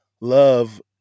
love